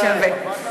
שווה.